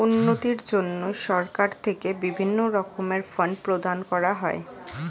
উন্নতির জন্য সরকার থেকে বিভিন্ন রকমের ফান্ড প্রদান করা হয়